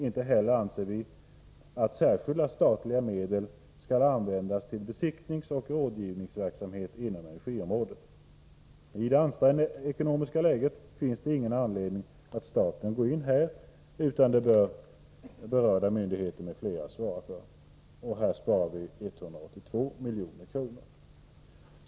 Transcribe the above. Inte heller anser vi att särskilda statliga medel skall användas till besiktningsoch rådgivningsverksamhet inom energiområdet. I det ansträngda ekonomiska läget finns det ingen anledning att staten går in här, utan det bör berörda myndigheter m.fl. svara för. Vi sparar härmed 182 milj.kr.